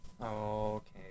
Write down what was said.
Okay